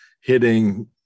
hitting